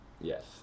Yes